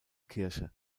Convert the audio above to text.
kirche